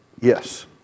Yes